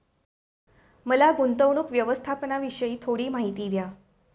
मला गुंतवणूक व्यवस्थापनाविषयी थोडी माहिती द्या